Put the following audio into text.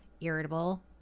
irritable